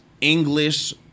English